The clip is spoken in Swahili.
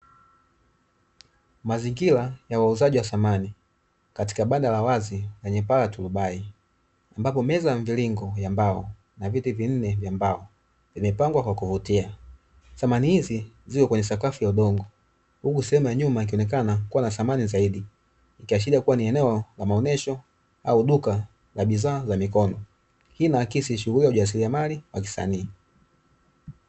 Mazingira ya wauzaji wa samani katika banda la wazi najipata dubai ambapo meza ya mviringo ya mbao na viti vinne vya mbao nimepangwa kwa kuvutia samani hizi ziwe kwenye sakafu ya udongo huku sema nyuma ikionekana kuwa na samani zaidi ikashika kuwa ni eneo la maonesho au duka la bidhaa za mikono hii inaakisi ya shughuli ya ujasiriamali wa kisanii.